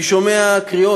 אני שומע קריאות,